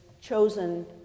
chosen